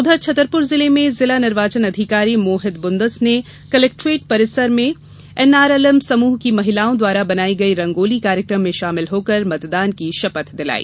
उधर छतरपुर जिले में जिला निर्वाचन अधिकारी मोहित बुंदस ने कलेक्ट्रेट परिसर में एनआरएलएम समूह की महिलाओं द्वारा बनाई गई रंगोली कार्यक्रम में शामिल होकर मतदान की शपथ दिलाई